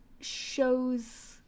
shows